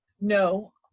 No